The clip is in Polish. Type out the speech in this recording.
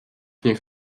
niech